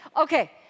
Okay